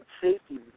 safety